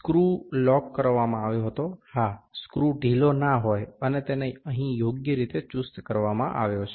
screw lock કરવામાં આવ્યો હતો હા સ્ક્રૂ ઢીલો ના હોય અને તેને અહીં યોગ્ય રીતે ચુસ્ત કરવામાં આવ્યો છે